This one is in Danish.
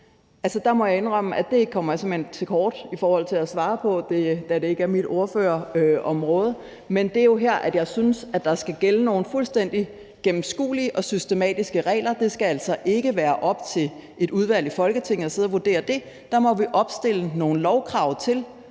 gå, må jeg indrømme, at der kommer jeg simpelt hen til kort i forhold til at svare på det, da det ikke er mit ordførerområde. Men det er jo her, jeg synes der skal gælde nogle fuldstændig gennemskuelige og systematiske regler. Det skal altså ikke være op til et udvalg i Folketinget at sidde og vurdere det. Der må vi opstille nogle lovkrav til,